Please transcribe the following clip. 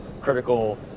critical